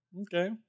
Okay